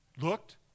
Looked